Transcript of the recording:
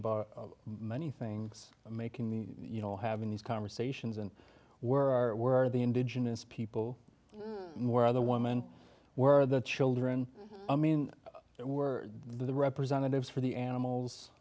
about many things making me you know having these conversations and where are where are the indigenous people where are the women where are the children i mean we're the representatives for the animals